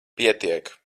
pietiek